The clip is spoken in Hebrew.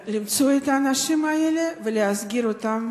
למצוא את האנשים האלה ולהסגיר אותם